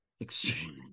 Extreme